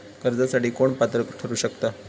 कर्जासाठी कोण पात्र ठरु शकता?